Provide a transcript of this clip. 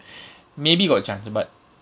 maybe got chance but